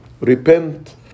repent